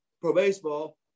pro-baseball